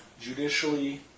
judicially